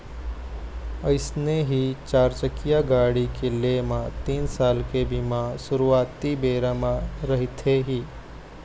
अइसने ही चारचकिया गाड़ी के लेय म तीन साल के बीमा सुरुवाती बेरा म रहिथे ही